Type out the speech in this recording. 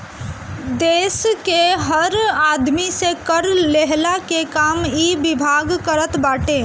देस के हर आदमी से कर लेहला के काम इ विभाग करत बाटे